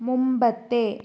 മുമ്പത്തെ